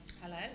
Hello